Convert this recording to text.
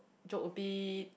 joke a bit